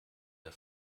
der